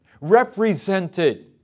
represented